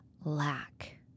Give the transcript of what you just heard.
lack